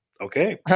okay